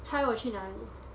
猜我去你哪里